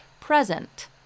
present